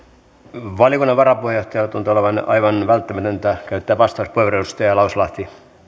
valiokunnan varapuheenjohtajalle tuntuu olevan aivan välttämätöntä käyttää vastauspuheenvuoro edustaja lauslahti